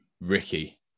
Ricky